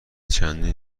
چندین